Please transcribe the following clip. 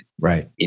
Right